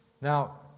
Now